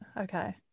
okay